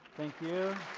thank you.